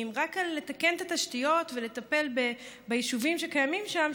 רק על לתקן את התשתיות ולטפל ביישובים שקיימים שם,